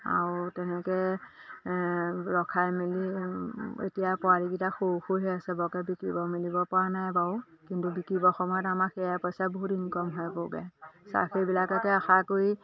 আৰু তেনেকৈ ৰখাই মেলি এতিয়া পোৱালিকেইটা সৰু সৰু হৈ আছে বৰকৈ বিকিব মেলিব পৰা নাই বাৰু কিন্তু বিকিবৰ সময়ত আমাক সেয়া পইচা বহুত ইনকম হ'বগৈ চাকৰিবিলাককে আশা কৰি